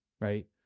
right